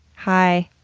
hi.